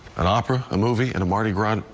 and opera ah movie and mardi gras.